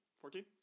Fourteen